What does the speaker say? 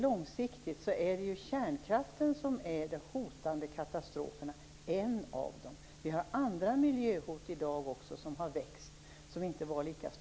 Långsiktigt är det kärnkraften som är en av de hotande katastroferna. Vi har också andra miljöhot i dag som har växt.